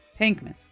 Pinkman